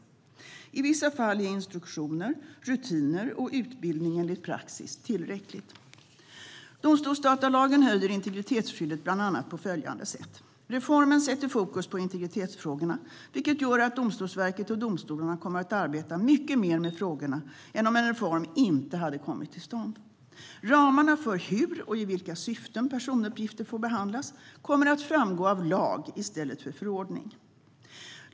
I vissa fall är instruktioner, rutiner och utbildning enligt praxis tillräckligt. Domstolsdatalagen höjer integritetsskyddet bland annat på följande sätt: Reformen sätter fokus på integritetsfrågorna, vilket gör att Domstolsverket och domstolarna kommer att arbeta mycket mer med frågorna än om en reform inte hade kommit till stånd. Ramarna för hur och i vilka syften personuppgifter får behandlas kommer att framgå av lag i stället för förordning.